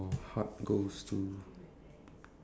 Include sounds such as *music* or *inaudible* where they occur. *laughs*